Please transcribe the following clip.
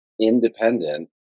independent